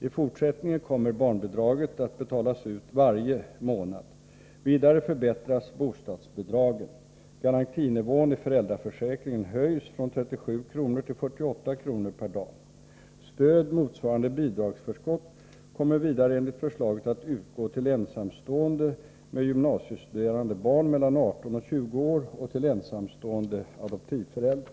I fortsättningen kommer barnbidraget att betalas ut varje månad. Vidare förbättras bostadsbidragen. Garantinivån i föräldraförsäkringen höjs från 37 kr. till 48 kr. per dag. Stöd motsvarande bidragsförskott kommer vidare enligt förslaget att utgå till ensamstående med gymnasiestuderande barn mellan 18 och 20 år och till ensamstående adoptivföräldrar.